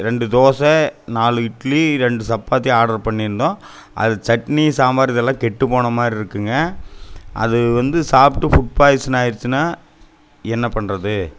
ரெண்டு தோசை நாலு இட்லி ரெண்டு சப்பாத்தி ஆர்டர் பண்ணியிருந்தோம் அது சட்னி சாம்பார் இதெல்லாம் கெட்டு போன மாதிரி இருக்குங்க அது வந்து சாப்பிட்டு ஃபுட் பாய்சன் ஆயிடுச்சுனா என்ன பண்ணுறது